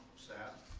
staff.